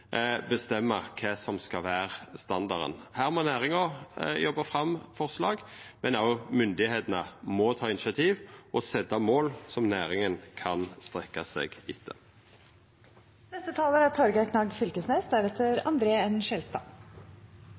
kva som skal vera standarden. Her må næringa jobba fram forslag, men òg myndigheitene må ta initiativ og setja mål som næringa kan strekkja seg